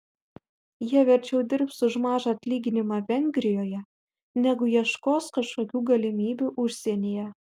jie verčiau dirbs už mažą atlyginimą vengrijoje negu ieškos kažkokių galimybių užsienyje